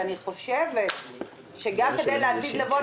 אני חושבת שגם לעתיד לבוא,